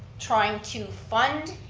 trying to fund,